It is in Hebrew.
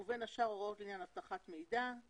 ובין השאר הוראות לעניין אבטחת מידע.